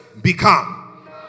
become